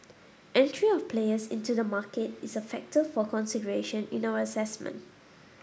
entry of players into the market is a factor for consideration in our assessment